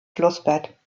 flussbett